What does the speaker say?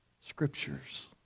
scriptures